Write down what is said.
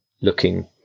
looking